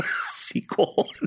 sequel